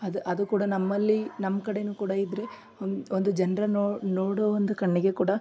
ಅದು ಅದು ಕೂಡ ನಮ್ಮಲ್ಲಿ ನಮ್ಮ ಕಡೆನೂ ಕೂಡ ಇದ್ದರೆ ಒಂದು ಒಂದು ಜನರ ನೋಡೋ ಒಂದು ಕಣ್ಣಿಗೆ ಕೂಡ